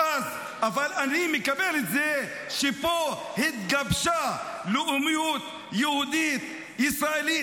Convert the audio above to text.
אבל אני מקבל את זה שפה התגבשה לאומיות יהודית ישראלית.